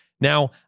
Now